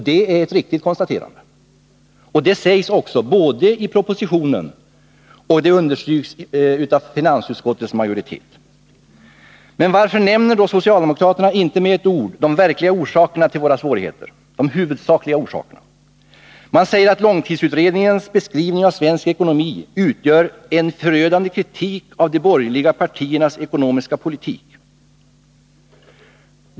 Det är ett riktigt konstaterande, som både sägs i propositionen och understryks av finansutskottets majoritet. Men varför nämner då socialdemokraterna inte med ett ord de verkliga orsakerna — de huvudsakliga orsakerna — till våra svårigheter? Man säger att långtidsutredningens beskrivning av svensk ekonomi utgör ”en förödande kritik av de borgerliga partiernas ekonomiska politik”.